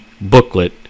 booklet